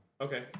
Okay